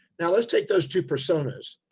now let's take those two personas.